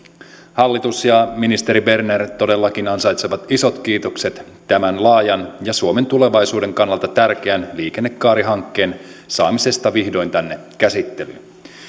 hallitus ja ministeri berner todellakin ansaitsevat isot kiitokset tämän laajan ja suomen tulevaisuuden kannalta tärkeän liikennekaarihankkeen saamisesta vihdoin tänne käsittelyyn